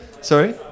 Sorry